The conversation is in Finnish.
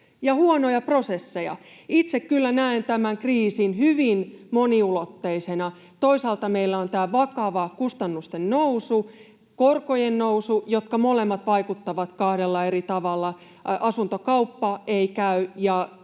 huonoja prosesseja. Itse kyllä näen tämän kriisin hyvin moniulotteisena. Toisaalta meillä on tämä vakava kustannusten nousu ja korkojen nousu, jotka molemmat vaikuttavat kahdella eri tavalla. Asuntokauppa ei käy,